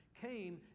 came